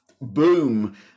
boom